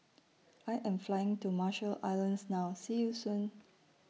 I Am Flying to Marshall Islands now See YOU Soon